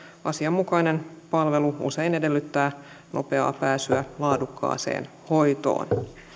asianmukainen palvelu usein edellyttää nopeaa pääsyä laadukkaaseen hoitoon